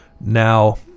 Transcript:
now